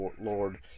lord